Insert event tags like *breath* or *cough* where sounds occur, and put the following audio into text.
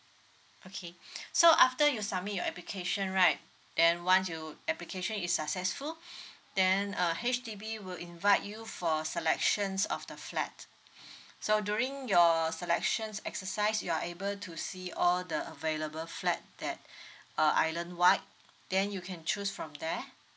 okay *breath* so after you submit your application right then once you application is successful *breath* then uh H_D_B will invite you for selections of the flat *breath* so during your selections exercise you are able to see all the available flat that *breath* uh island wide then you can choose from there